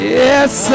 yes